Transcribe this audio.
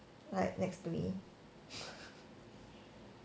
right next to me